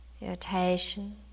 irritation